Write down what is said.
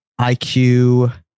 IQ